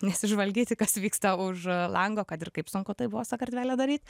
nesižvalgyti kas vyksta už lango kad ir kaip sunku tai buvo sakartvele daryt